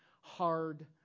hard